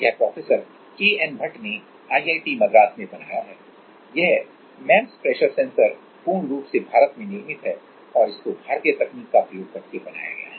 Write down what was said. यह professor K N Bhat ने IIT Madras में बनाया है यह एमईएमएस प्रेशर सेंसर पूर्ण रूप से भारत में निर्मित है और इसको भारतीय तकनीक का प्रयोग करके बनाया गया है